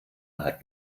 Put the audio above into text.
hat